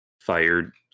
fired